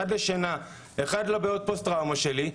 אחד לשינה ואחד לבעיות פוסט-טראומה שלי,